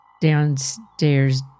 downstairs